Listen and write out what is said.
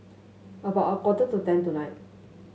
about a quarter to ten tonight